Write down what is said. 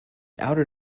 outed